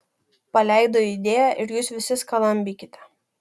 paleido idėją ir jūs visi skalambykite